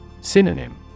Synonym